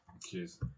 Cheers